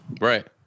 Right